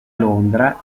londra